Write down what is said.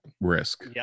risk